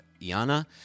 Iana